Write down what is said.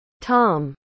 Tom